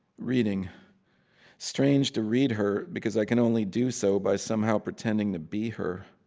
reading strange to read her, because i can only do so by somehow pretending to be her.